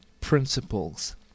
principles